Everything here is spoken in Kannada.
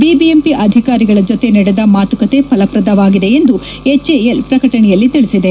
ಬಿಬಿಎಂಪಿ ಅಧಿಕಾರಿಗಳ ಜತೆ ನಡೆದ ಮಾತುಕತೆ ಫಲಪ್ರದವಾಗಿದೆ ಎಂದು ಎಚ್ಎಎಲ್ ಪ್ರಕಟಣೆಯಲ್ಲಿ ತಿಳಿಸಿದೆ